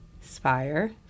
Spire